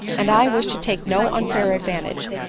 and i wish to take no unfair advantages,